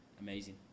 amazing